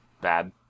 bad